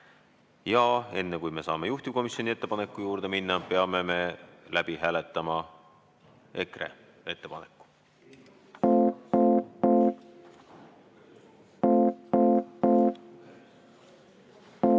Enne kui me saame juhtivkomisjoni ettepaneku juurde minna, peame me läbi hääletama EKRE ettepaneku.